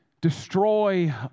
destroy